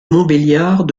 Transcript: montbéliard